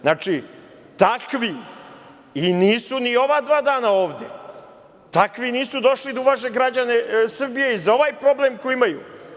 Znači, takvi i nisu ni ova dva dana ovde, takvi nisu došli da uvažen građane Srbije i za ovaj problem koji imaju.